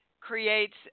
creates